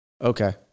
Okay